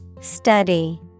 Study